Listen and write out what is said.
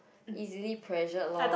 easily pressured lor